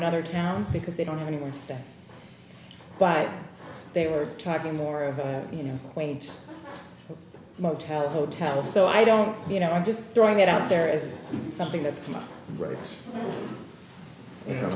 another town because they don't have anywhere to buy they were typing more you know quaint motel hotel so i don't you know i'm just throwing it out there is something that's come up rea